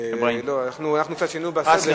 עשינו קצת שינוי בסדר.